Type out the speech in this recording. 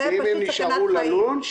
אם הן נשארו ללון,